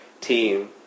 team